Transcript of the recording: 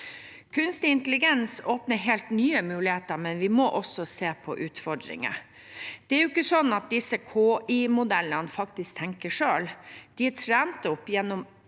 Kunstig intelligens åpner helt nye muligheter, men vi må også se på utfordringer. Det er jo ikke slik at disse KI-modellene faktisk tenker selv. De er trent opp gjennom